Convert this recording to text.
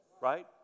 right